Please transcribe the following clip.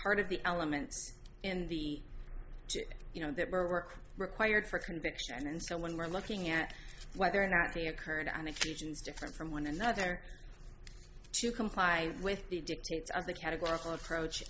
part of the elements in the chip you know that were required for conviction and so when we're looking at whether or not they occurred on occasions different from one another to comply with the dictates of the categorical approach